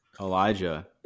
Elijah